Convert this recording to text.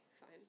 fine